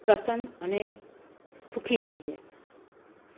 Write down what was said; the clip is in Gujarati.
પ્રસન્ન અને સુખી રહીએ